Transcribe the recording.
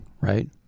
right